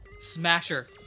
Smasher